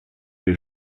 les